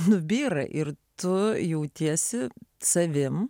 nubyra ir tu jautiesi savim